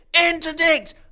Interdict